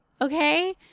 okay